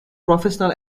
professional